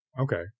Okay